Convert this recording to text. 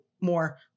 more